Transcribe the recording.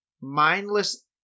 mindless